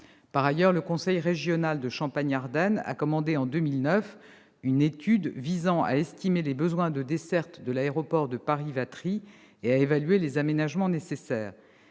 Par ailleurs, le conseil régional de Champagne-Ardenne a commandé en 2009 une étude visant à estimer les besoins de desserte de l'aéroport Paris-Vatry et à évaluer les aménagements nécessaires.